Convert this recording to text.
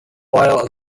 while